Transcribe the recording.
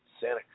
Santa